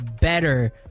better